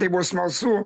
tai buvo smalsu